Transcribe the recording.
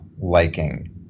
liking